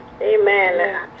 Amen